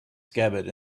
scabbard